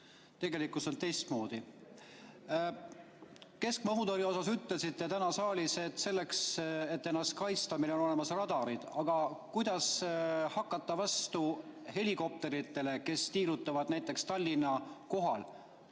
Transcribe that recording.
tegelikkus on teistmoodi. Keskmaa õhutõrje kohta ütlesite täna saalis, et selleks, et ennast kaitsta, on meil olemas radarid. Aga kuidas hakata vastu helikopteritele, kes tiirutavad näiteks Tallinna kohal?